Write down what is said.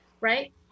right